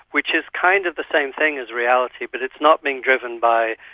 which is kind of the same thing as reality but it's not being driven by,